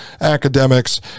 academics